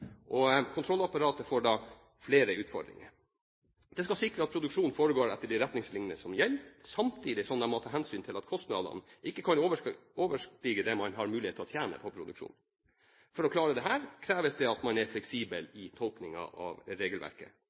Kontrollapparatet får da flere utfordringer. Det skal sikre at produksjonen foregår etter de retningslinjer som gjelder, samtidig som det må ta hensyn til at kostnadene ikke kan overstige det man har mulighet til å tjene på produksjonen. For å klare dette kreves det at man er fleksibel i tolkningen av regelverket.